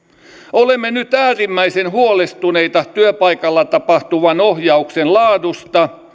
olemme nyt äärimmäisen huolestuneita työpaikalla tapahtuvan ohjauksen laadusta